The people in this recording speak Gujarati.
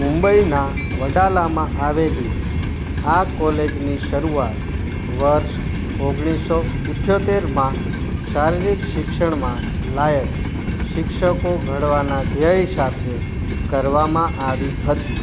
મુંબઈના વડાલામાં આવેલી આ કૉલેજની શરૂઆત વર્ષ ઓગણીસ સો અઠ્યોતેરમાં શારીરિક શિક્ષણમાં લાયક શિક્ષકો ઘડવાના ધ્યેય સાથે કરવામાં આવી હતી